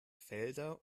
felder